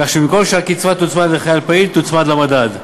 כך שבמקום שהקצבה תוצמד לחייל פעיל היא תוצמד למדד.